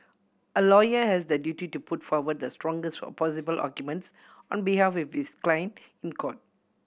a lawyer has the duty to put forward the strongest possible arguments on behalf of his client in court